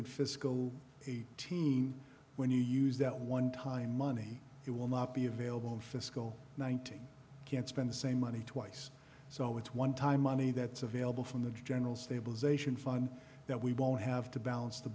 in fiscal eighteen when you use that one time money it will not be available in fiscal ninety can't spend the same money twice so it's one time money that's available from the general stabilization fund that we won't have to balance the